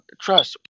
Trust